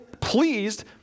pleased